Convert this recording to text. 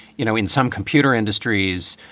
you know, in some computer industries,